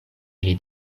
ili